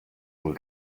wohl